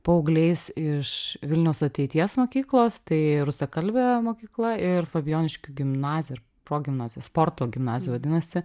paaugliais iš vilniaus ateities mokyklos tai rusakalbė mokykla ir fabijoniškių gimnazija ar progimnazija sporto gimnazija vadinasi